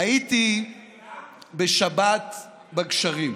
הייתי בשבת בגשרים.